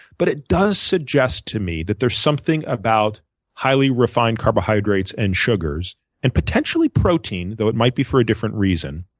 but it does suggest to me that there's something about highly refined carbohydrates and sugars and potentially protein, though it might be for a different reason,